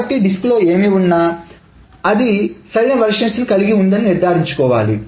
కాబట్టి డిస్కులో ఏమి ఉన్నా అది సరైన వర్షన్స్ ను కలిగి ఉందని నిర్ధారించుకోవాలి